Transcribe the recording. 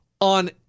on